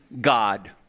God